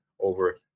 over